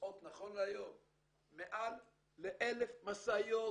נוסעות מעל ל-1,000 משאיות